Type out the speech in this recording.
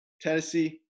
Tennessee